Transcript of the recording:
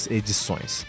edições